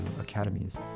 academies